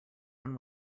one